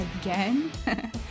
again